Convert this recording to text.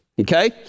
okay